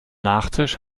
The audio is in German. nachtisch